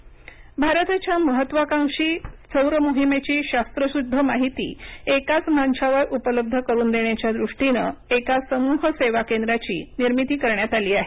सौर मोहीम आदित्य भारताच्या महत्त्वाकांक्षी सौर मोहिमेची शास्त्रशुद्ध माहिती एकाच मंचावर उपलब्ध करून देण्याच्या दृष्टीनं एका समूह सेवा केंद्राची निर्मिती करण्यात आली आहे